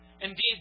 indeed